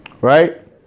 Right